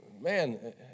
man